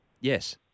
Yes